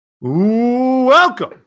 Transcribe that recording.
Welcome